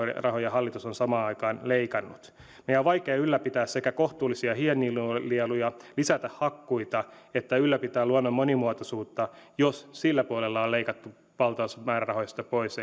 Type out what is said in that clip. rahoja hallitus on samaan aikaan leikannut meidän on vaikea sekä ylläpitää kohtuullisia hiilinieluja lisätä hakkuita että ylläpitää luonnon monimuotoisuutta jos luonnonsuojelun puolella on leikattu valtaosa määrärahoista pois